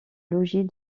logis